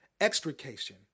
extrication